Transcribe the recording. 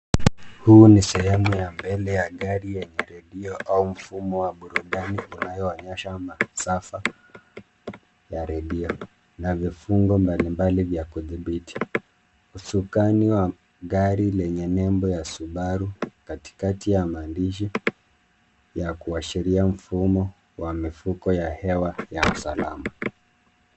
Huu ni sehemu ya mbele ya gari yenye redio au mfumo wa burudani unaoonyesha masafa ya redio na vifungo mbalimbali vya kudhibiti. Usukani wa gari lenye nembo ya Subaru katikati ya maandishi yakuashiria mfumo wa mifuko ya hewa ya usalama.